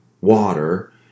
water